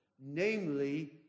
namely